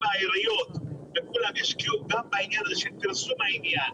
אם העיריות וכולם ישקיעו גם בעניין הזה של פרסום העניין